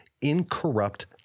incorrupt